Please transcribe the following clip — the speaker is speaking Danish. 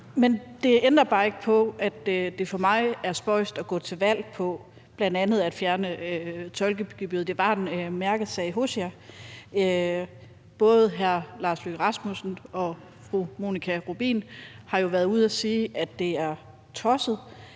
Men det ændrer bare ikke på, at det for mig så er spøjst at gå til valg på bl.a. at fjerne tolkegebyret. Det var en mærkesag for jer. Både udenrigsministeren og fru Monika Rubin har jo været ude at sige, at det er tosset,